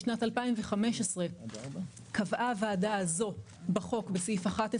בשנת 2015 קבעה הוועדה הזו בחוק בסעיף 11